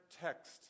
text